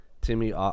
Timmy